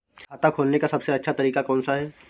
खाता खोलने का सबसे अच्छा तरीका कौन सा है?